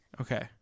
Okay